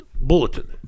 bulletin